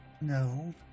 No